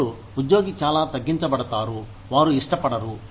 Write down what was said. అప్పుడు ఉద్యోగి చాలా తగ్గించబడతారు వారు ఇష్టపడరు